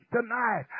tonight